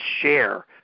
share